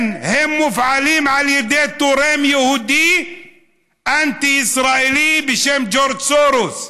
הם מופעלים על ידי תורם יהודי אנטי-ישראלי בשם ג'ורג' סורוס.